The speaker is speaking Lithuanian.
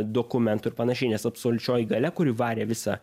dokumentų ir panašiai nes absoliučioji galia kuri varė visą